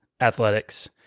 athletics